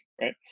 right